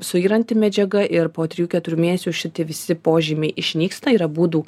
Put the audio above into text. suyranti medžiaga ir po trijų keturių mėnesių šiti visi požymiai išnyksta yra būdų